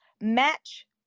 match